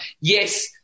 Yes